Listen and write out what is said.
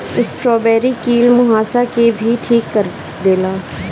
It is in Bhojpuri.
स्ट्राबेरी कील मुंहासा के भी ठीक कर देला